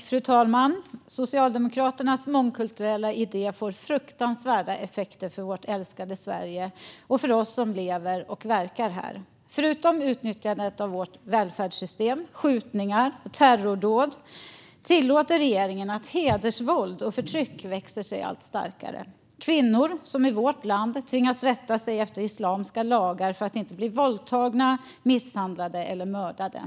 Fru talman! Socialdemokraternas mångkulturella idé får fruktansvärda effekter för vårt älskade Sverige och för oss som lever och verkar här. Förutom utnyttjandet av vårt välfärdssystem, skjutningar och terrordåd tillåter regeringen att hedersvåld och förtryck växer sig allt starkare. Vi ser kvinnor i vårt land som tvingas rätta sig efter islamska lagar för att inte bli våldtagna, misshandlade eller mördade.